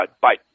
Bye